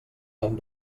han